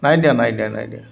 নাই দিয়া নাই দিয়া নাই দিয়া